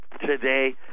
today